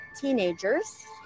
teenagers